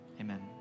amen